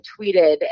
tweeted